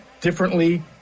differently